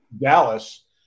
Dallas